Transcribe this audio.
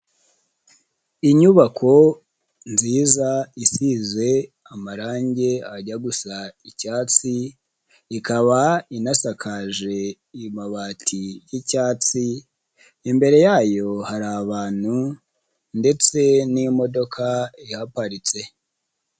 Inyubako nziza isize amarangi ajya gusa icyatsi, ikaba inasakaje amabati y'icyatsi, imbere yayo hari abantu ndetse n'imodoka ihaparitse.